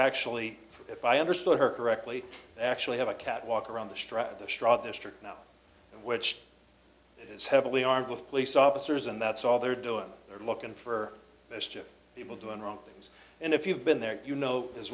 actually if i understood her correctly they actually have a catwalk around the strength of the straw this trick now which is heavily armed with police officers and that's all they're doing they're looking for mischief people doing wrong things and if you've been there you know as